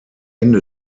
ende